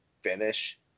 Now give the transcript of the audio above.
finish